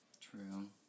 True